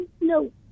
no